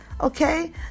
Okay